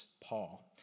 Paul